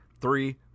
Three